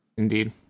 Indeed